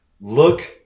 look